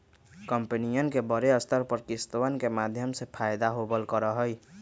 कम्पनियन के बडे स्तर पर किस्तवन के माध्यम से फयदा होवल करा हई